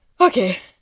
Okay